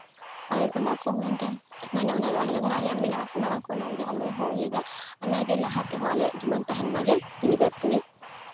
ᱟᱨ ᱚᱱᱟ ᱠᱚ ᱦᱩᱭᱮᱱ ᱛᱮ ᱢᱟᱱᱮ ᱚᱱᱟ ᱫᱚ ᱟᱞᱮᱭᱟᱜ ᱜᱢᱮᱱᱟᱜᱼᱟ ᱥᱮ ᱢᱟᱲᱟᱝ ᱠᱷᱚᱱ ᱚᱱᱟ ᱦᱚᱸ ᱟᱞᱮ ᱤᱭᱟᱹᱜ ᱜᱮᱭᱟ ᱚᱱᱟᱜᱮ ᱞᱟᱦᱟ ᱛᱮᱦᱚᱸ ᱟᱞᱮᱭᱟᱜ ᱡᱮᱢᱚᱱ ᱛᱟᱦᱮᱱ ᱢᱟᱜᱮ ᱯᱤᱲᱦᱤ ᱫᱚᱨ ᱯᱤᱲᱦᱤ